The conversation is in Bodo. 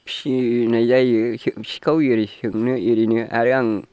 फिनाय जायो सिखाव एरि सोंनो एरिनो आरो आं